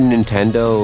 Nintendo